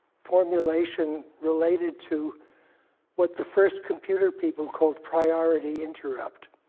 formulation related to what the first computer people called priority interrupt.